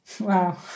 Wow